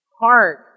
Heart